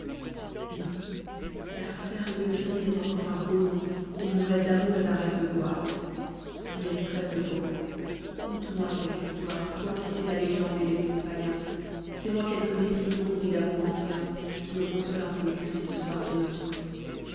non car serve de myrdhinn est encore un beau nom et mon rêve d'amour est un rêve de gloire mais trêve de propos conte-moi quelque histoire toi qui sais la légende et les mythes païens fais-moi quelque récit d'ombre et d'amour anciens qui me console un peu du triste sort du nôtre